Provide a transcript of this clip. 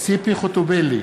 ציפי חוטובלי,